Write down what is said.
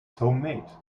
homemade